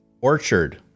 orchard